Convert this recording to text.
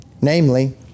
Namely